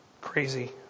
crazy